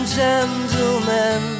gentlemen